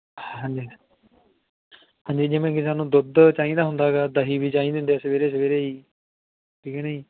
ਹਾਂਜੀ ਹਾਂਜੀ ਜਿਵੇਂ ਕਿ ਸਾਨੂੰ ਦੁੱਧ ਚਾਹੀਦਾ ਹੁੰਦਾ ਹੈਗਾ ਦਹੀਂ ਵੀ ਚਾਹੀਦਾ ਹੁੰਦਾ ਸਵੇਰੇ ਸਵੇਰੇ ਜੀ ਠੀਕ ਹੈ ਨਾ ਜੀ